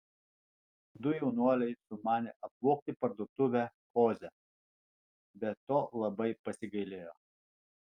du jaunuoliai sumanė apvogti parduotuvę oze bet to labai pasigailėjo